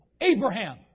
Abraham